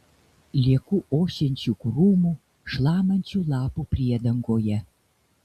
lieku ošiančių krūmų šlamančių lapų priedangoje